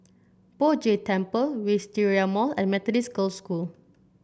Poh Jay Temple Wisteria Mall and Methodist Girls' School